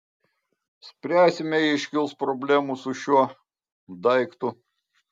spręsime jei iškils problemų su šiuo daiktu